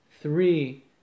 three